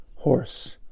Horse